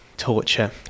Torture